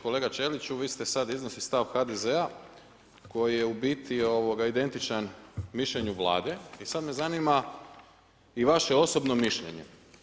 Kolega Čeliču, vi ste sad iznosili stav HDZ-a koji je u biti identičan mišljenju Vlade i sad me zanima i vaše osobno mišljenje.